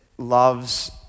loves